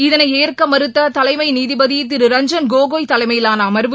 இதனை ஏற்க மறுத்த தலைமை நீதிபதி திரு ரஞ்சன் கோகோய் தலைமையிலான அர்வு